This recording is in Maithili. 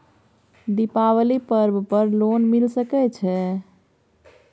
दीपावली पर्व पर लोन मिल सके छै?